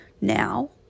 now